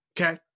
Okay